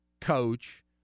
coach